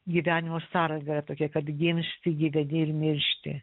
gyvenimo sąranga tokia kad gimsti gyveni ir miršti